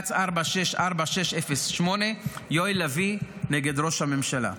בבג"ץ 4646/08 יואל לביא נ' ראש הממשלה.